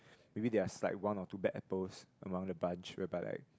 maybe there are is like one or two bad apples among the bunch whereby like